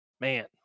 man